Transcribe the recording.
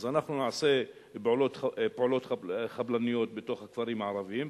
אז נעשה פעולות חבלניות בתוך הכפרים הערביים,